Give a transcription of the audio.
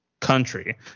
country